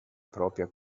propria